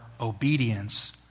obedience